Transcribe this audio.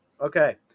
Okay